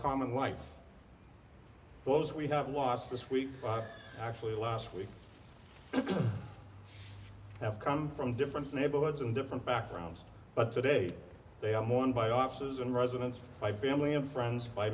common like those we have lost this week actually last week have come from different neighborhoods and different backgrounds but today they are mourned by officers and residents of my family and friends by